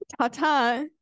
Ta-ta